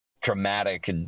dramatic